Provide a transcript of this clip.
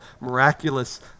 miraculous